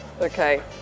Okay